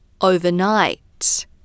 overnight